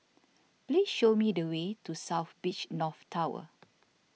please show me the way to South Beach North Tower